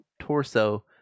torso